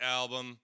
album